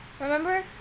remember